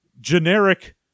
generic